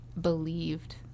believed